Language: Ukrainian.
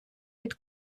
від